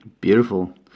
beautiful